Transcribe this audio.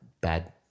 bad